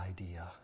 idea